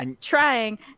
Trying